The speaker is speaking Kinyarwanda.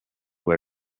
rwa